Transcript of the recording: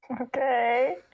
Okay